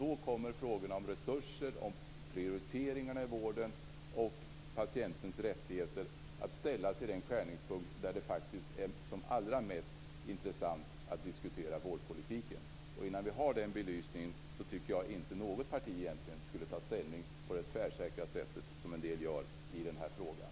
Då kommer frågor om resurser, om prioriteringar i vården och om patientens rättigheter att ställas i den skärningspunkt där det är som allra mest intressant att diskutera vårdpolitiken. Innan vi har den belysningen tycker jag inte att något parti skall ta ställning på det tvärsäkra sättet som en del gör i den här frågan.